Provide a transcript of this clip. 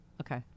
Okay